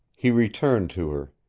he returned to her.